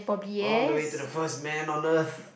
all the way to the first man on earth